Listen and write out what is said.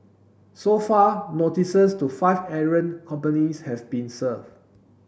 so far notices to five errant companies have been served